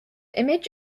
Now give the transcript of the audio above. image